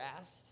asked